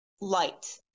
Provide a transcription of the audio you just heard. light